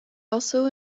also